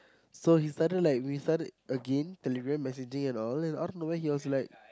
so he started like we started again Telegram messaging and all and out of nowhere he was like